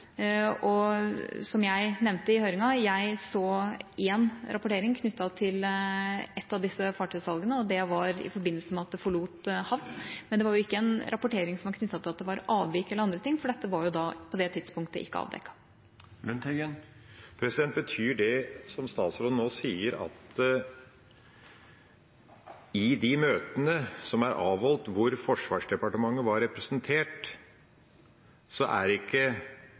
og som jeg nevnte i høringen: Jeg så én rapportering knyttet til ett av disse fartøyssalgene, og det var i forbindelse med at det forlot havn. Men det var ikke en rapportering som var knyttet til at det var avvik eller andre ting, for dette var på det tidspunktet ikke avdekket. Betyr det som statsråden nå sier, at i de møtene som er avholdt hvor Forsvarsdepartementet var representert, er det ikke